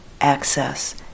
access